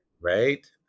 right